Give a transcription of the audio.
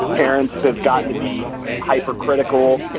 parents have gotten to be hypercritical.